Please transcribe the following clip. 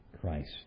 christ